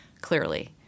clearly